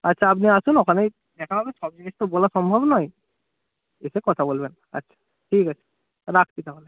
আচ্ছা আপনি আসুন ওখানেই দেখা হবে সব জিনিস তো বলা সম্ভব নয় এসে কথা বলবেন আচ্ছা ঠিক আছে রাখছি তাহলে